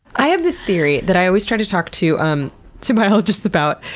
i have this theory that i always try to talk to um to biologists about,